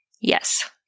Yes